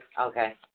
Okay